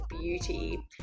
beauty